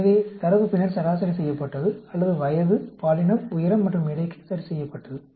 எனவே தரவு பின்னர் சராசரி செய்யப்பட்டது அல்லது வயது பாலினம் உயரம் மற்றும் எடைக்கு சரிசெய்யப்பட்டது